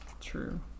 true